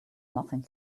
nothing